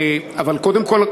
אבל קודם כול,